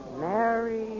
Mary